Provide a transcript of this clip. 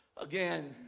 again